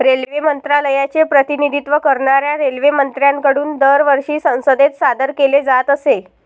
railway मंत्रालयाचे प्रतिनिधित्व करणाऱ्या रेल्वेमंत्र्यांकडून दरवर्षी संसदेत सादर केले जात असे